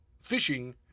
fishing